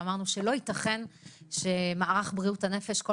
ואמרנו שלא ייתכן שמערך בריאות הנפש כל